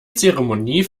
zeremonie